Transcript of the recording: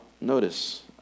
notice